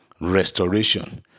restoration